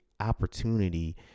Opportunity